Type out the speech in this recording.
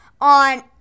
on